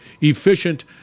efficient